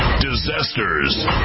disasters